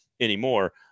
Anymore